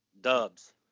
dubs